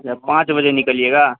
اچھا پانچ بجے نکلیے گا